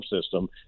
system